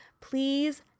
Please